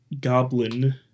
goblin